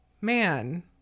man